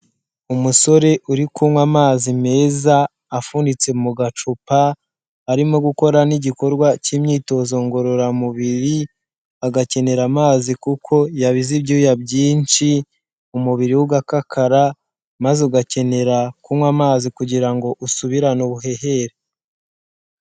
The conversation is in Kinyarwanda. Umusore uri kunywa amazi meza afunitse mu gacupa, arimo gukora n'igikorwa cy'imyitozo ngororamubiri agakenera amazi kuko yabize ibyuya byinshi umubiri we ugakakara, maze ugakenera kunywa amazi kugira ngo usubirane ubuhehere.